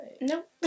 Nope